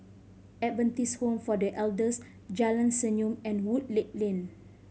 Adventist Home for The Elders Jalan Senyum and Woodleigh Lane